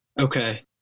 Okay